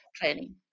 planning